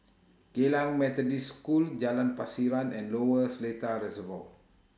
Geylang Methodist School Jalan Pasiran and Lower Seletar Reservoir